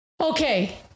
okay